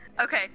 Okay